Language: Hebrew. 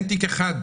אין תיק אחד,